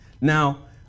Now